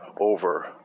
over